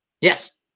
Yes